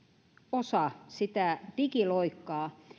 osa sitä digiloikkaa